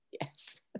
yes